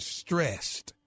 stressed